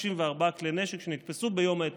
34 כלי נשק שנתפסו ביום האתמול.